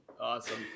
awesome